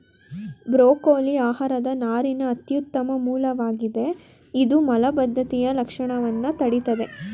broccoli ಆಹಾರದ ನಾರಿನ ಅತ್ಯುತ್ತಮ ಮೂಲವಾಗಿದೆ ಇದು ಮಲಬದ್ಧತೆಯ ಲಕ್ಷಣವನ್ನ ತಡಿತದೆ